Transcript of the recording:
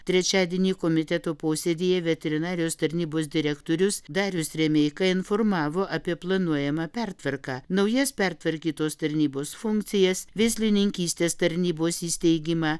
trečiadienį komiteto posėdyje veterinarijos tarnybos direktorius darius remeika informavo apie planuojamą pertvarką naujas pertvarkytos tarnybos funkcijas veislininkystės tarnybos įsteigimą